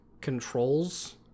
controls